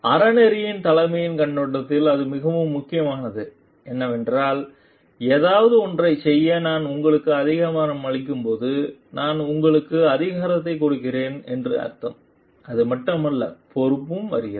அறநெறித் தலைமையின் கண்ணோட்டத்தில் இது மிகவும் முக்கியமானது என்னவென்றால் ஏதாவது ஒன்றைச் செய்ய நான் உங்களுக்கு அதிகாரம் அளிக்கும்போது நான் உங்களுக்கு அதிகாரத்தைக் கொடுக்கிறேன் என்று அர்த்தம் அதுமட்டுமல்ல பொறுப்பும் வருகிறது